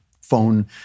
phone